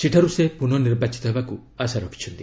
ସେଠାରୁ ସେ ପୁନଃନିର୍ବାଚିତ ହେବାକୁ ଆଶା ରଖିଛନ୍ତି